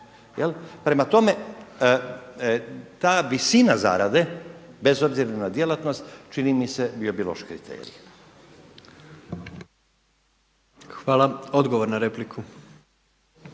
Prema tome, ta visina zarade bez obzira na djelatnost čini mi se bio bi loš kriterij. **Jandroković,